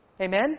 Amen